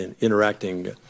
interacting